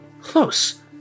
Close